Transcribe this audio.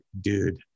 dude